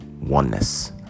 oneness